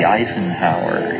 Eisenhower